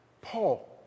Paul